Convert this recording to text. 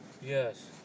Yes